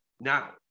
Now